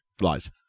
Lies